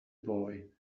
boy